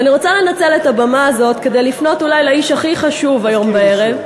אני רוצה לנצל את הבמה הזאת כדי לפנות לאיש הכי חשוב אולי הערב,